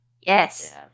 Yes